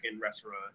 restaurant